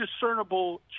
discernible